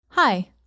Hi